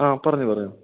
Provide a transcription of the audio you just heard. ആ പറഞ്ഞോ പറഞ്ഞോ